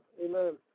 Amen